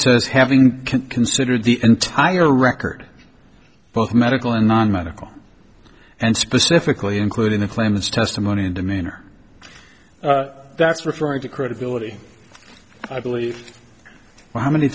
says having considered the entire record both medical and non medical and specifically including the claims testimony and demeanor that's referring to credibility i believe well how many